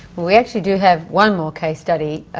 we actually do have one more case study,